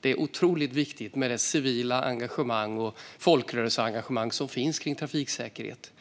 Det är otroligt viktigt med det civila engagemang och folkrörelseengagemang som finns för trafiksäkerhet.